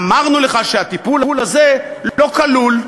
אמרנו לך שהטיפול הזה לא כלול.